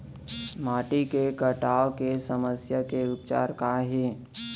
माटी के कटाव के समस्या के उपचार काय हे?